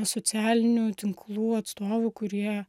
socialinių tinklų atstovų kurie